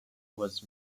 was